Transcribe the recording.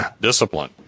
discipline